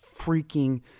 freaking